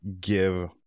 give